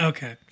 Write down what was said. Okay